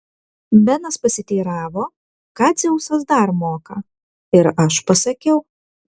benas pasiteiravo ką dzeusas dar moka ir aš pasakiau